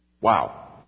Wow